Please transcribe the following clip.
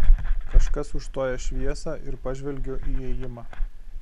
kažkas užstoja šviesą ir pažvelgiu į įėjimą